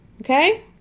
okay